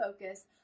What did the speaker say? focus